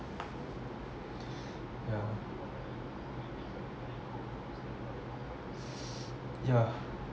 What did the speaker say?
yeah yeah